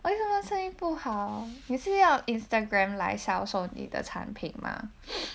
为什么生意不好你是要 instagram 来销售你的产品吗